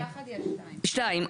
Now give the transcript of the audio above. שתיים.